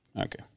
Okay